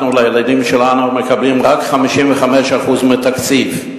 אנחנו לילדים שלנו מקבלים רק 55% מהתקציב.